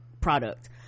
product